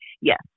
Yes